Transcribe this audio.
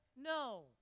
No